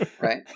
Right